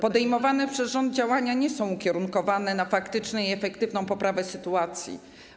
Podejmowane przez rząd działania nie są ukierunkowane na faktyczną i efektywną poprawę sytuacji.